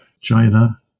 China